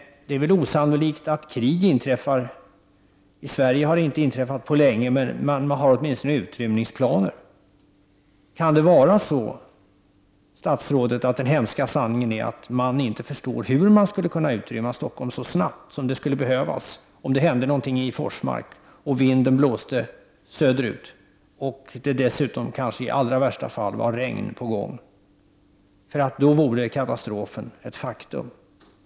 Det är väl osannolikt att ett krig skall inträffa. I Sverige har det inte inträffat på länge. Men för det finns det åtminstone utrymningsplaner. Kan det vara så, statsrådet, att den hemska sanningen är att man inte förstår hur Stockholm skulle kunna utrymmas så snabbt som det skulle behövas, om det hände något i Forsmark och vinden blåste söderut och det kanske dessutom, i allra värsta fall, var regn på väg? Då vore katastrofen ett faktum.